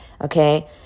okay